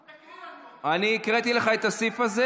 קרן ברק, מי היועץ המשפטי שהטעה אותך.